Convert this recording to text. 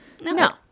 No